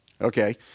Okay